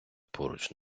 поруч